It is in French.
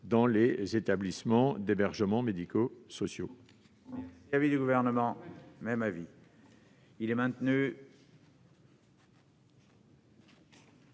dans les établissements d'hébergement médico-sociaux.